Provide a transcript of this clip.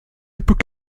époque